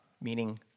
meaning